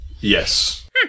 Yes